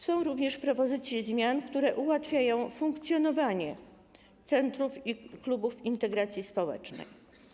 Są również propozycje zmian, które ułatwiają funkcjonowanie centrów i klubów integracji społecznej.